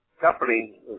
company